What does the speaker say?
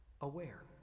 aware